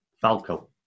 Falco